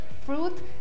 fruit